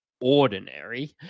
ordinary